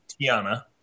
Tiana